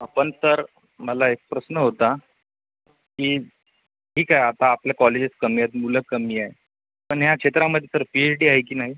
हां पण सर मला एक प्रश्न होता की ठीक आहे आता आपले कॉलेजेस कमी आहेत मुलं कमी आहे पण ह्या क्षेत्रामध्ये सर पीएच डी आहे की नाही